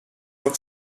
york